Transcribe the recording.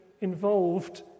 involved